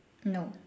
no